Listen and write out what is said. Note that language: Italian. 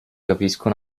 capisco